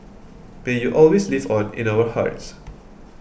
may you always live on in our hearts